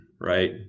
right